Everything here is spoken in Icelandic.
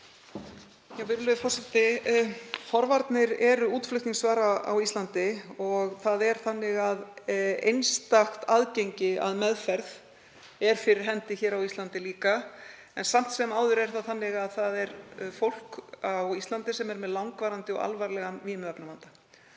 Virðulegur forseti. Forvarnir eru útflutningsvara á Íslandi og einstakt aðgengi að meðferð er líka fyrir hendi á Íslandi. En samt sem áður er það þannig að það er fólk á Íslandi sem er með langvarandi og alvarlegan vímuefnavanda.